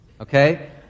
okay